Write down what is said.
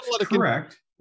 Correct